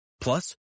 Plus